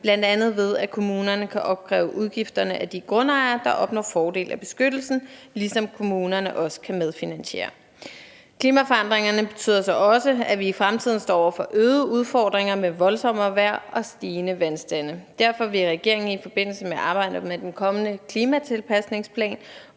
bl.a. ved at kommunerne kan opkræve udgifterne af de grundejere, der opnår fordel af beskyttelsen, ligesom kommunerne også kan medfinansiere. Klimaforandringerne betyder så også, at vi i fremtiden står over for øgede udfordringer med voldsommere vejr og stigende vandstande, og derfor vil regeringen i forbindelse med arbejdet med den kommende klimatilpasningsplan